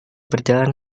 berjalan